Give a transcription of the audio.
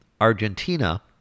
argentina